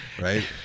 Right